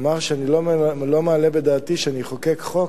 אמר שאני לא מעלה בדעתי שאני אחוקק חוק